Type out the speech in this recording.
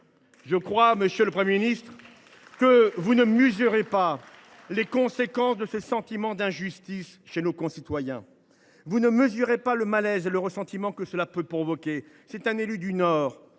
Je crois, monsieur le Premier ministre, que vous ne mesurez pas les conséquences de ce sentiment d’injustice chez nos concitoyens. Vous ne mesurez pas le malaise et le ressentiment que cela peut provoquer. Je suis un élu du Nord,